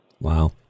Wow